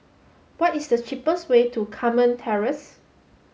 what is the cheapest way to Carmen Terrace